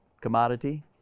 commodity